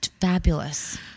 fabulous